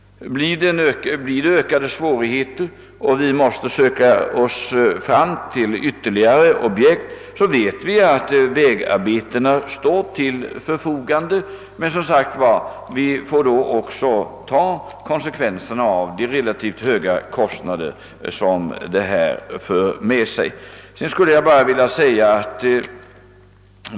Blir det ökade svårigheter och vi måste söka oss fram fill ytterligare objekt, så vet vi att vägarbetena står till förfogande. Emellertid får vi då också ta konsekvenserna av de relativt höga kostnader som detta för med sig.